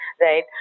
Right